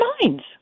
minds